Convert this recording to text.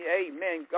amen